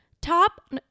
Top